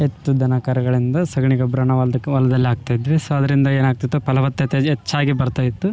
ಎತ್ತು ದನಕರುಗಳಿಂದ ಸಗಣಿಗೊಬ್ರ ಹೊಲ್ದಿಕ್ಕು ಹೊಲದಲ್ಲಿ ಹಾಕ್ತಾಯಿದ್ವಿ ಸೊ ಅದ್ರಿಂದ ಏನಾಗ್ತಿತ್ತು ಫಲವತ್ತತೆ ಹೆಚ್ಚಾಗಿ ಬರ್ತಾಯಿತ್ತು